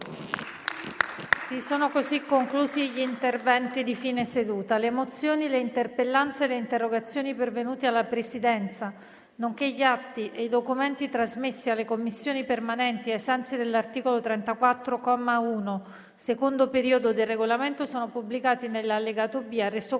link apre una nuova finestra"). Le mozioni, le interpellanze e le interrogazioni pervenute alla Presidenza, nonché gli atti e i documenti trasmessi alle Commissioni permanenti ai sensi dell'articolo 34, comma 1, secondo periodo, del Regolamento sono pubblicati nell'allegato B al